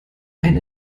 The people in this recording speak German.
ein